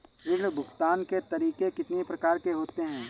ऋण भुगतान के तरीके कितनी प्रकार के होते हैं?